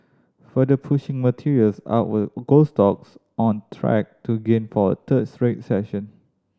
further pushing materials up were gold stocks on track to gain for a third straight session